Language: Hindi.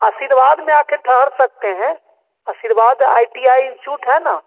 आशीर्वाद में आकर ठहर सकते हैं Ashirwad I T I institute है ना